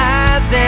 eyes